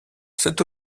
c’est